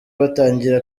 batangira